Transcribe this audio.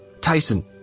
Tyson